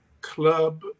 club